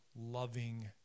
loving